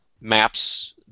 maps